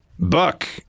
Buck